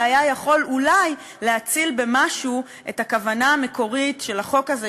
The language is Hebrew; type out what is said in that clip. זה היה יכול אולי להציל במשהו את הכוונה המקורית של החוק הזה,